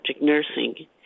nursing